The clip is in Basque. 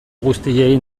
guztiei